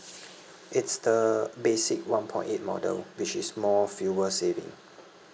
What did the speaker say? it's the basic one point eight model which is more fuel saving